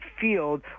field